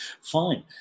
Fine